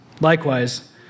Likewise